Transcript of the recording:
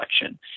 election